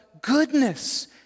goodness